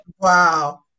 Wow